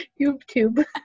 YouTube